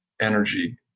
energy